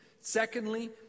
Secondly